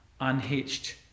unhitched